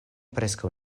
preskaŭ